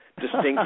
Distinct